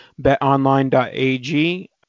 betonline.ag